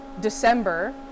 December